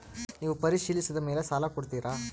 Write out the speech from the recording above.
ನೇವು ಪರಿಶೇಲಿಸಿದ ಮೇಲೆ ಸಾಲ ಕೊಡ್ತೇರಾ?